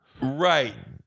right